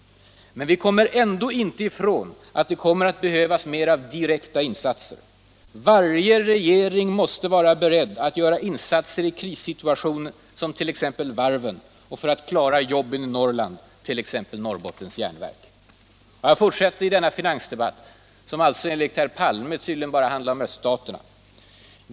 Men vi kommer inte ifrån att det kommer att behövas mera direkta insatser. Varje regering måste vara beredd att göra insatser i krissituationer, t.ex. när det gäller varven, och för att klara jobben i Norrland, t.ex. vid Norrbottens Järnverk.